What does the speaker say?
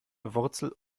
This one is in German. wurzel